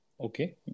Okay